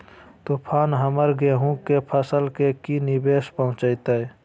तूफान हमर गेंहू के फसल के की निवेस पहुचैताय?